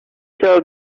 tell